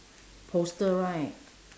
poster right